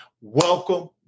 Welcome